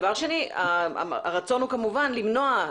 הרצון הוא כמובן למנוע,